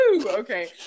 Okay